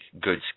good